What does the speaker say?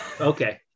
okay